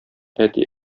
әти